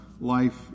life